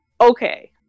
okay